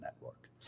network